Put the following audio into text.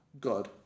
God